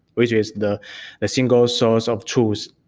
which is the the single source of tools,